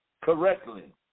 correctly